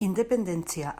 independentzia